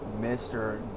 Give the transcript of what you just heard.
Mr